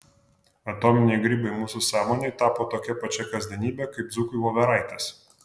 atominiai grybai mūsų sąmonei tapo tokia pačia kasdienybe kaip dzūkui voveraitės